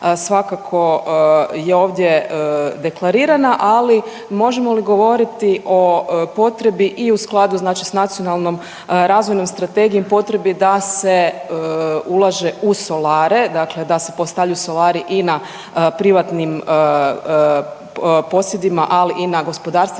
svakako je ovdje deklarirana, ali možemo li govoriti o potrebi i u skladu sa Nacionalnom razvojnom strategijom potrebe da se ulaže u solare, dakle da se postavljaju solari i na privatnim posjedima, ali i na gospodarstvenim